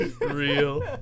Real